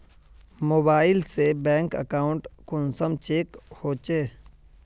Mobile से bank account कुंसम check होचे?